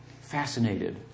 fascinated